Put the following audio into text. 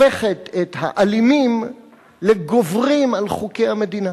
הופכת את האלימים לגוברים על חוקי המדינה.